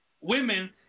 women